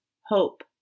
Hope